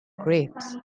grapes